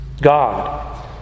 God